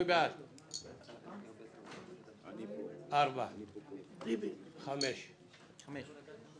מי בעד הצעה 46 של קבוצת סיעת יש עתיד?